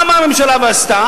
מה באה הממשלה ועשתה?